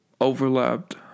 overlapped